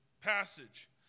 passage